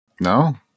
No